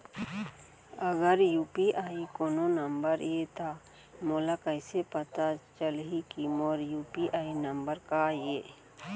अगर यू.पी.आई कोनो नंबर ये त मोला कइसे पता चलही कि मोर यू.पी.आई नंबर का ये?